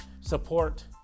support